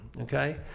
Okay